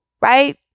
Right